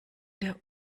der